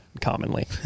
commonly